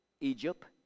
Egypt